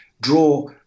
draw